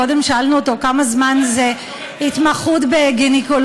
קודם שאלנו אותו כמה זמן זה התמחות בגינקולוגיה.